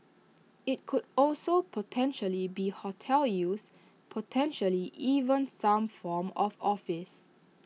IT could also potentially be hotel use potentially even some form of office